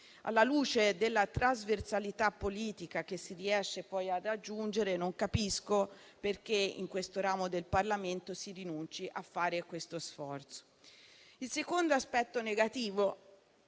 Alla luce della trasversalità politica che si riesce a raggiungere, non capisco perché in questo ramo del Parlamento si rinunci a sostenere un tale sforzo. Il secondo aspetto negativo